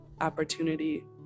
opportunity